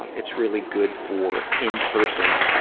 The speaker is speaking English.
um it's really good for in-person,